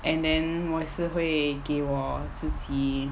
and then 我也是会给我自己